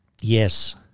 Yes